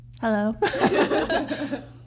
Hello